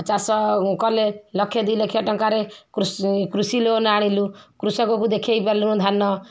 ଚାଷ କଲେ ଲକ୍ଷେ ଦୁଇ ଲକ୍ଷ ଟଙ୍କାରେ କୃଷି ଲୋନ୍ ଆଣିଲୁ କୃଷକକୁ ଦେଖେଇ ପାରିଲୁନୁ ଧାନ